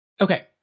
Okay